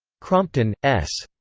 crompton, s.